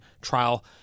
trial